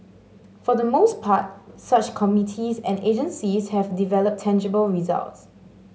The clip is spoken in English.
for the most part such committees and agencies have delivered tangible results